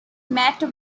met